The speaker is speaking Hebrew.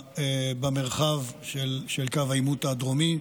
במרחב של קו העימות הדרומי.